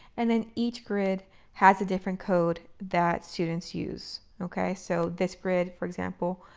and then each grid has a different code that students use. ok, so this grid, for example,